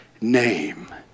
name